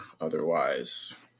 otherwise